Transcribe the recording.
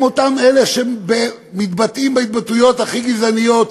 הם אותם אלה שמתבטאים בהתבטאויות הכי גזעניות?